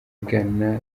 ghana